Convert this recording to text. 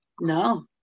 No